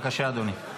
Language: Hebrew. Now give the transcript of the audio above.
בבקשה, אדוני.